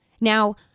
Now